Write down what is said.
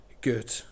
good